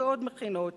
ובעוד מכינות,